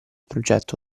progetto